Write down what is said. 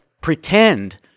pretend –